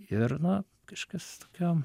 ir na kažkas tokio